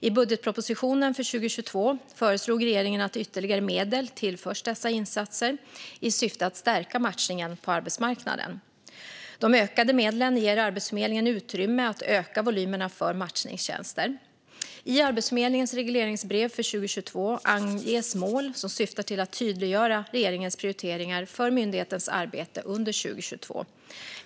I budgetpropositionen för 2022 föreslog regeringen att ytterligare medel tillförs dessa insatser i syfte att stärka matchningen på arbetsmarknaden. De ökade medlen ger Arbetsförmedlingen utrymme att öka volymerna för matchningstjänster. I Arbetsförmedlingens regleringsbrev för 2022 anges mål som syftar till att tydliggöra regeringens prioriteringar för myndighetens arbete under 2022.